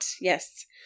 Yes